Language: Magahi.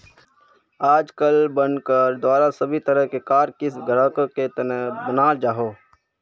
आजकल बनकर द्वारा सभी तरह कार क़िस्त ग्राहकेर तने बनाल जाहा